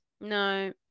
No